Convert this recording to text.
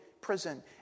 prison